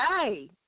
hey